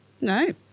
no